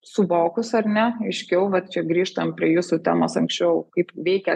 suvokus ar ne aiškiau vat čia grįžtam prie jūsų temos anksčiau kaip veikia